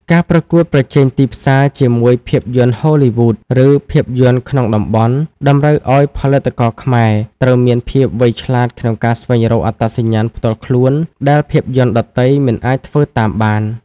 ការប្រកួតប្រជែងទីផ្សារជាមួយភាពយន្តហូលីវូដ ឬភាពយន្តក្នុងតំបន់ តម្រូវឱ្យផលិតករខ្មែរត្រូវមានភាពវៃឆ្លាតក្នុងការស្វែងរកអត្តសញ្ញាណផ្ទាល់ខ្លួនដែលភាពយន្តដទៃមិនអាចធ្វើតាមបាន។